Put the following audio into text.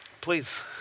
Please